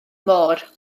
môr